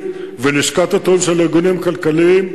ולשכת התיאום של הארגונים הכלכליים,